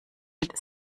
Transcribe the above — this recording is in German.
mit